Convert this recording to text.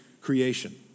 creation